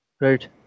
right